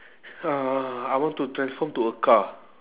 uh I want to transform to a car